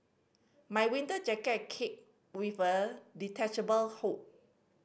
my winter jacket came with a detachable hood